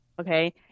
okay